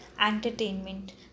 entertainment